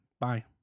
Bye